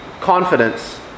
confidence